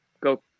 go